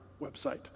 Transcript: website